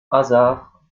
hasard